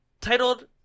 Titled